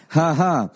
haha